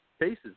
Cases